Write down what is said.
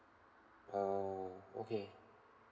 uh okay